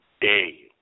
day